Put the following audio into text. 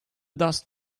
dust